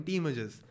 images